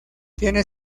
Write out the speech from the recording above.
tiene